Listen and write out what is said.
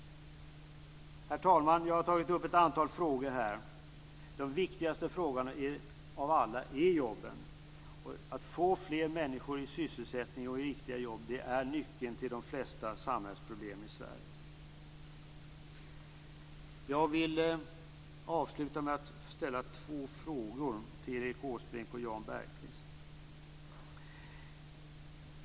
Herr talman! Jag har tagit upp ett antal frågor här. Den viktigaste av alla frågorna är den om jobben. Att få fler människor i sysselsättning och i riktiga jobb är nyckeln beträffande de flesta samhällsproblemen i Åsbrink och Jan Bergqvist.